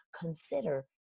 consider